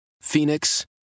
phoenix